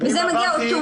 וזה מגיע אוטומטית.